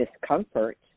discomfort